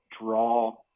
draw